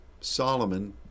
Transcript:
Solomon